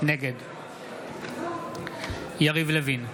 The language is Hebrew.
נגד יריב לוין,